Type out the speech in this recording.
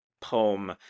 poem